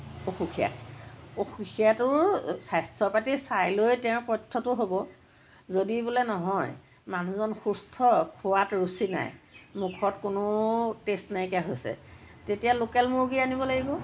অসুখীয়া অসুখীয়াটোৰ স্বাস্থ্য় পাতি চাই লৈ তেওঁৰ পথ্য়টো হ'ব যদি বোলে নহয় মানুহজন সুস্থ খোৱাত ৰুচি নাই মুখত কোনো টেষ্ট নাইকীয়া হৈছে তেতিয়া লোকেল মুৰ্গী আনিব লাগিব